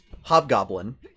hobgoblin